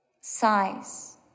size